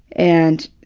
and